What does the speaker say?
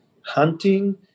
hunting